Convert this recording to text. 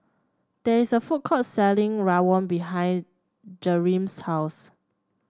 there is a food court selling rawon behind Jereme's house